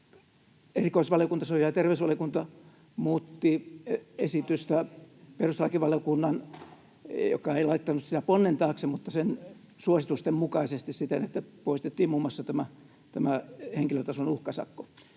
erikoisvaliokunta, sosiaali- ja terveysvaliokunta, muutti esitystä perustuslakivaliokunnan, joka ei laittanut sitä ponnen taakse, mutta sen suositusten mukaisesti siten, että poistettiin muun muassa tämä henkilötason uhkasakko.